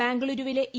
ബംഗളൂരുവിലെ ഇ